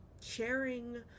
Sharing